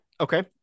Okay